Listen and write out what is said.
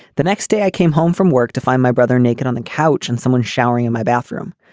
the next day, i came home from work to find my brother naked on the couch and someone showering in my bathroom.